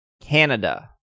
Canada